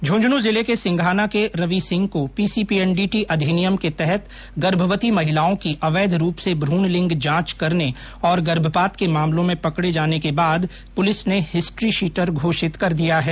झुन्झुन्ं जिले के सिंघाना के रवि सिंह को पीसीपीएण्डडीटी अधिनियम के तहत गर्भवती महिलाओं की अवैध रूप से भ्रण लिंग जांच करने और गर्भपात के मामलों में पकडे जाने के बाद पुलिस ने हिस्ट्रीशीटर घोषित कर दिया है